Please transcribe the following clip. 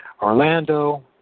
Orlando